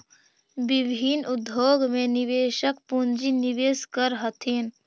विभिन्न उद्योग में निवेशक पूंजी निवेश करऽ हथिन